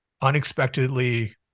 unexpectedly